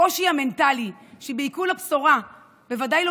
הקושי המנטלי שבעיכול הבשורה בוודאי לא